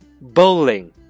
bowling